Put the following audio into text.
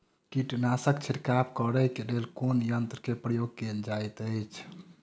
कीटनासक छिड़काव करे केँ लेल कुन यंत्र केँ प्रयोग कैल जाइत अछि?